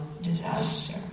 disaster